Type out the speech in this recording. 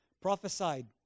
prophesied